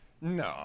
No